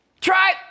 Try